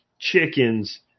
chickens